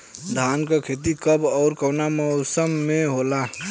धान क खेती कब ओर कवना मौसम में होला?